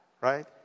right